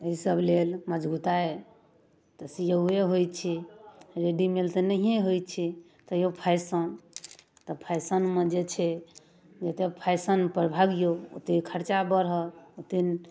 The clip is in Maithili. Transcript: एहिसब लेल मजगुताइ तऽ सिऔए होइ छै रेडिमेड तऽ नहिए होइ छै तैओ फैशन तऽ फैशनमे जे छै जतेक फैशनपर भागिऔ ओतेक खरचा बढ़त ओतेक